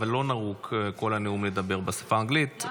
אבל לא נהוג כל הנאום לדבר בשפה האנגלית.